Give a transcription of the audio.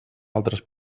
altres